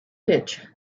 pitch